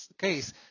case